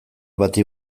bati